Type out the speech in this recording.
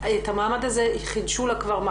את המעמד הזה חידשו לה כבר כמה,